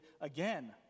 again